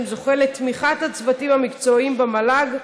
זוכה לתמיכת הצוותים המקצועיים במל"ג,